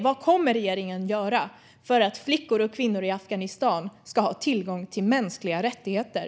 Vad kommer regeringen att göra för att flickor och kvinnor i Afghanistan ska ha tillgång till mänskliga rättigheter?